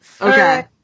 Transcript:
Okay